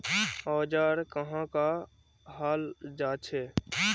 औजार कहाँ का हाल जांचें?